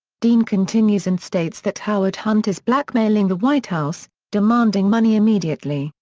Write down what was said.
dean continues and states that howard hunt is blackmailing the white house, demanding money immediately,